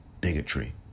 bigotry